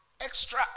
Extra